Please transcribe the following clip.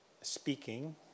Speaking